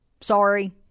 sorry